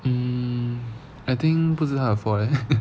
mm I think 不是她的 fault leh